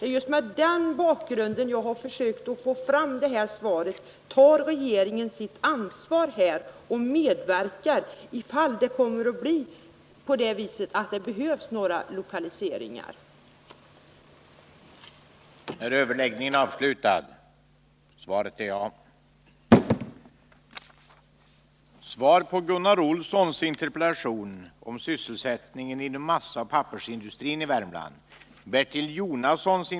Det är just mot den Om sysselsättbakgrunden som jag har försökt få ett svar på frågan: Tar regeringen här sitt — ningen i Värmlands ansvar och medverkar, om det kommer att behövas några lokaliseringar?